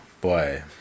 boy